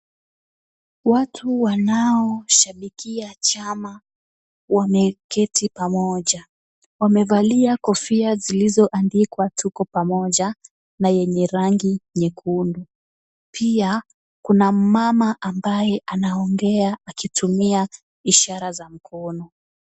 Watu wanaoshabikia chama wameketi pamoja. Wamevalia kofia zilizoandikwa tuko pamoja na yenye rangi nyekundu. Pia kuna mmama ambaye anaongea akitumia ishara za mkono.